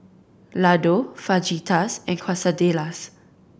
Ladoo Fajitas and Quesadillas